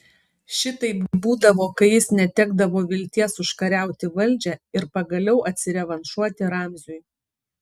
šitaip būdavo kai jis netekdavo vilties užkariauti valdžią ir pagaliau atsirevanšuoti ramziui